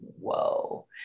whoa